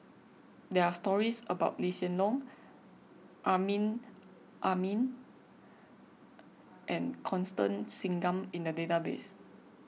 there are stories about Lee Hsien Loong Amrin Amin and Constance Singam in the database